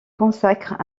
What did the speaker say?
consacre